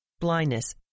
blindness